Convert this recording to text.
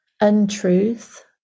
untruth